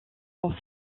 son